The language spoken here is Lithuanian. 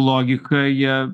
logika jie